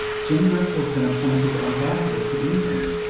jim driscoll's been appointed ambassador to england.